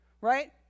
right